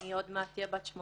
כרגע יש הגדרה של מעשה טרור.